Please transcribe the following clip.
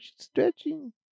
stretching